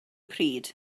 pryd